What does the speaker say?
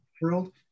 world